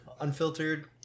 unfiltered